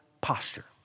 posture